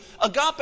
Agape